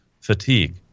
fatigue